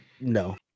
No